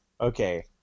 okay